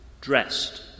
dressed